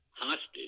hostage